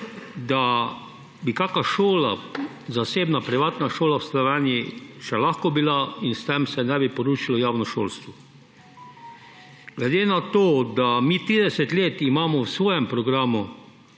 da bi kakšna zasebna, privatna šola v Sloveniji še lahko bila in s tem se ne bi porušilo javno šolstvo. Glede na to, da imamo mi 30 let v svojem programu